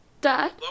Dad